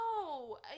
no